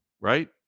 right